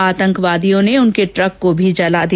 आतंवादियों ने उनके ट्रक को भी जला दिया